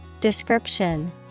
Description